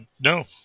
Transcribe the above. No